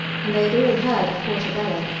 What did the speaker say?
and they had all heard of porto bello,